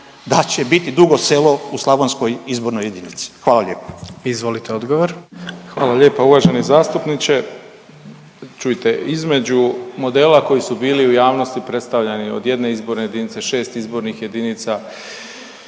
dal će biti Dugo Selo u slavonskoj izbornoj jedinici? Hvala lijepo. **Jandroković, Gordan (HDZ)** Izvolite odgovor. **Malenica, Ivan (HDZ)** Hvala lijepa uvaženi zastupniče. Čujte između modela koji su bili u javnosti predstavljani od jedne izborne jedinice, šest izbornih jedinica,